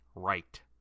right